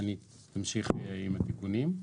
שני תמשיך עם התיקונים.